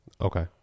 Okay